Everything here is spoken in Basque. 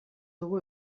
dugu